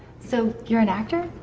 so, you're an actor?